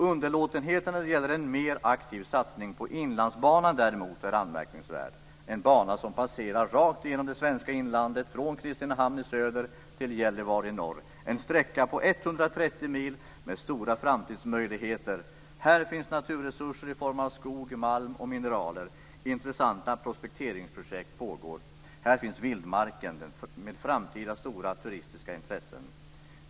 Underlåtenheten när det gäller en mer aktiv satsning på Inlandsbanan däremot är anmärkningsvärd. Denna bana passerar rakt igenom det svenska inlandet, från Kristinehamn i söder till Gällivare i norr, en sträcka på 130 mil med stora framtidsmöjligheter. Här finns naturresurser i form av skog, malm och mineral. Intressanta prospekteringsprojekt pågår. Här finns också vildmarken med framtida stora turistiska intressen.